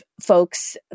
folks